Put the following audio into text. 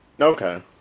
Okay